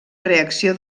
reacció